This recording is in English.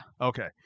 Okay